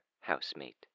housemate